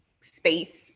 space